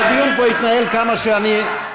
והדיון פה יתנהל כמה שיידרש,